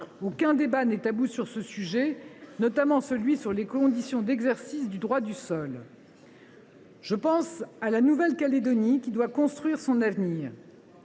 Aucun débat n’est tabou sur ce sujet, notamment celui sur les conditions d’exercice du droit du sol. « Je pense à la Nouvelle Calédonie, qui doit construire son avenir.